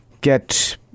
get